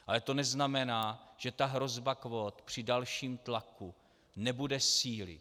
Ale to neznamená, že ta hrozba kvót při dalším tlaku nebude sílit.